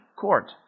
court